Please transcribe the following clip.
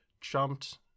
jumped